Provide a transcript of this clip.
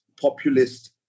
populist